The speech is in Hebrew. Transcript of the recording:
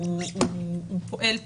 הוא פועל טוב.